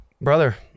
brother